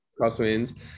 crosswinds